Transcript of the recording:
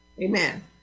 Amen